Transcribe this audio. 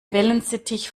wellensittich